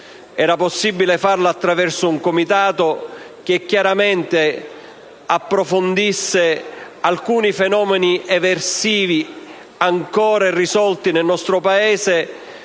era possibile farlo attraverso un Comitato, che chiaramente approfondisse alcuni fenomeni eversivi ancora irrisolti nel nostro Paese,